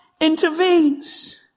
intervenes